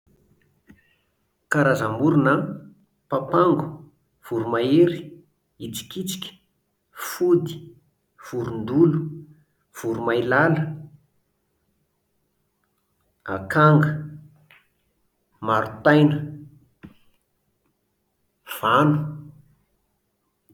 Ny karazam-borona an: papango, voromahery, hitsikitsika, fody, vorondolo, voromailala, akanga, marotaina, vano